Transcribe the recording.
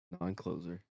Non-closer